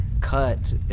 cut